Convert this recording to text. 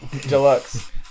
Deluxe